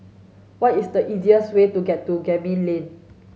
what is the easiest way to get to Gemmill Lane